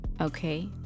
Okay